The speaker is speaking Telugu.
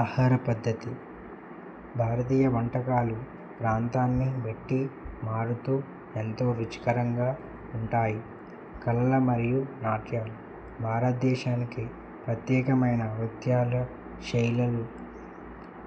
ఆహార పద్ధతి భారతీయ వంటకాలు ప్రాంతాన్ని బట్టి మారుతూ ఎంతో రుచికరంగా ఉంటాయి కళల మరియు నాట్యాలు భారతదేశానికి ప్రత్యేకమైన నృత్యాల శైలులు